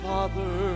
Father